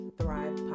Thrive